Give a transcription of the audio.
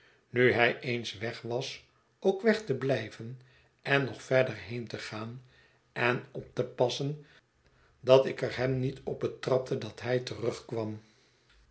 nu hij eens weg was ook weg te blijven en nog verder heen te gaan en op te passen dat ik er hem niet op betrapte dat hy terugkwam